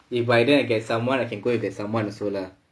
if by then I get someone I can go with that someone also lah